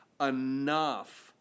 enough